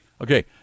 Okay